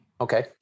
okay